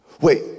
Wait